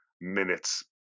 minutes